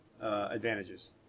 advantages